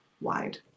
wide